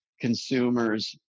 consumers